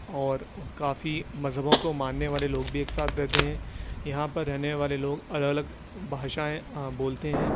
اور کافی مذہبوں کو ماننے والے لوگ بھی ایک ساتھ رہتے ہیں یہاں پر رہنے والے لوگ الگ الگ بھاشائیں بولتے ہیں